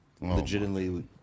legitimately